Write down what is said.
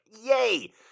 yay